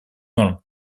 норм